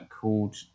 called